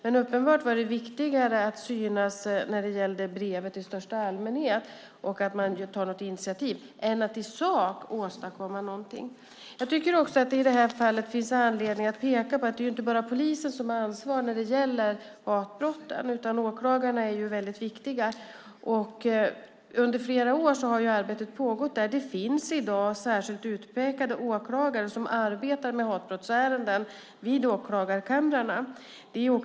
Men uppenbarligen var det viktigare att synas i största allmänhet och genom brevet visa att man tar ett initiativ än att i sak åstadkomma någonting. Jag tycker också att det i det här fallet finns anledning att peka på att det inte bara är polisen som har ansvar när det gäller hatbrotten, utan åklagarna är väldigt viktiga. Arbetet där har pågått under flera år. Det finns i dag särskilt utpekade åklagare som arbetar med hatbrottsärenden vid åklagarkamrarna.